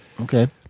Okay